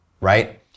right